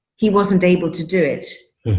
he wasn't able to do it,